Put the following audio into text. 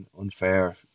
unfair